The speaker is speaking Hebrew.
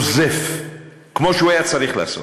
נוזף, כמו שהוא היה צריך לעשות,